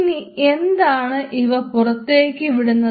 ഇനി എന്താണ് ഇവ പുറത്തേക്ക് വിടുന്നത്